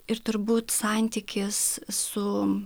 ir turbūt santykis su